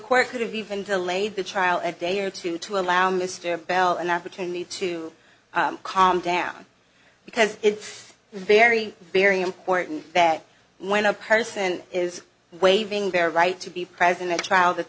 court could have even delayed the trial a day or two to allow mr bell an opportunity to calm down because it's very very important that when a person is waving their right to be present at trial that